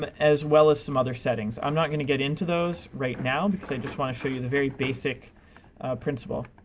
but as well as some other settings. i'm not going to get into those right now because i just want to show you the very basic principle.